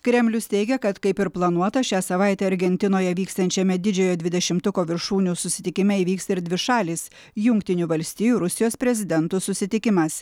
kremlius teigia kad kaip ir planuota šią savaitę argentinoje vyksiančiame didžiojo dvidešimtuko viršūnių susitikime įvyks ir dvišalis jungtinių valstijų rusijos prezidentų susitikimas